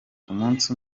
umunsi